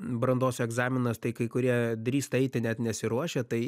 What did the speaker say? brandos egzaminas tai kai kurie drįsta eiti net nesiruošę tai